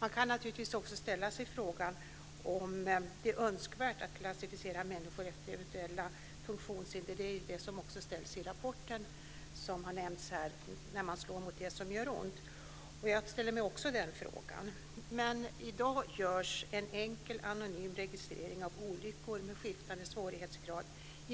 Man kan naturligtvis också ställa sig frågan om det är önskvärt att klassificera människor efter eventuella funktionshinder. Det är också den fråga som ställs i den rapport som har nämnts här, När man slår mot det som gör ont. Jag ställer mig också den frågan. I dag görs i många kommuner och landsting en enkel, anonym registrering av olyckor med skiftande svårighetsgrad.